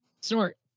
Snort